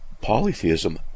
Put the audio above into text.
polytheism